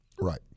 Right